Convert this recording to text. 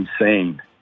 insane